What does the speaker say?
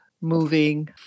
moving